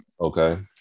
Okay